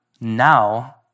now